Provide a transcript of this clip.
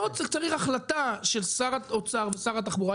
צריך החלטה של שר האוצר ושר התחבורה,